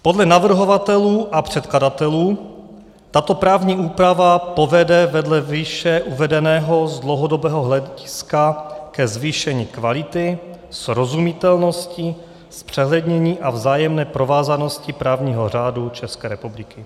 Podle navrhovatelů a předkladatelů tato právní úprava povede vedle výše uvedeného z dlouhodobého hlediska ke zvýšení kvality, srozumitelnosti, zpřehlednění a vzájemné provázanosti právního řádu České republiky.